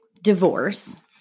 divorce